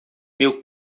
meu